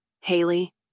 Haley